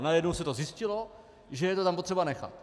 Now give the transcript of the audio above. Najednou se zjistilo, že je to tam potřeba nechat.